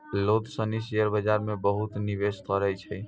लोग सनी शेयर बाजार मे बहुते निवेश करै छै